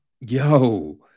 Yo